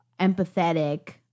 empathetic